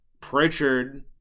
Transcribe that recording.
Pritchard